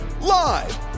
Live